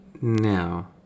now